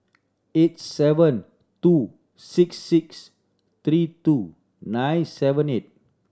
eight seven two six six three two nine seven eight